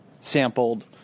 sampled